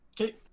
Okay